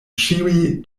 ĉiuj